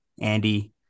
Andy